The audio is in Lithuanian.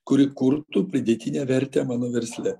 kuri kurtų pridėtinę vertę mano versle